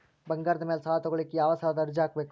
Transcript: ಬಂಗಾರದ ಮ್ಯಾಲೆ ಸಾಲಾ ತಗೋಳಿಕ್ಕೆ ಯಾವ ಸಾಲದ ಅರ್ಜಿ ಹಾಕ್ಬೇಕು?